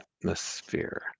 atmosphere